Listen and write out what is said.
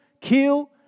kill